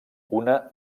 una